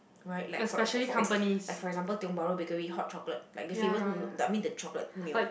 right like for for eg~ like for example Tiong-Bahru bakery hot chocolate like the famous I mean the chocolate milk